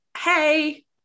Hey